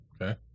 Okay